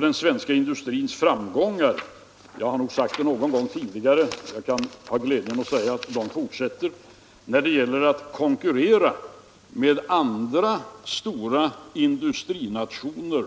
Den svenska industrins framgångar — jag har nog sagt det någon gång tidigare och jag kan ha glädjen att säga det en gång till — fortsätter i konkurrensen med andra stora industrinationer